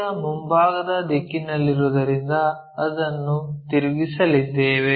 ಯ ಮುಂಭಾಗದ ದಿಕ್ಕಿನಲ್ಲಿರುವುದರಿಂದ ಅದನ್ನು ತಿರುಗಿಸಲಿದ್ದೇವೆ